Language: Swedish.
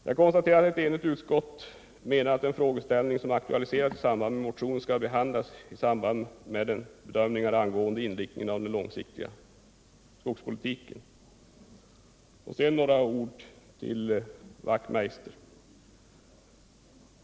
Jag konstaterar att ett enigt utskott menar att den frågeställning som aktualiserats i motionen skall behandlas i samband med bedömningar angående inriktningen av den långsiktiga skogspolitiken. Sedan några ord till Hans Wachtmeister.